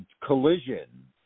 Collision